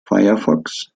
firefox